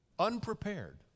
unprepared